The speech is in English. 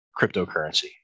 cryptocurrency